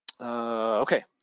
okay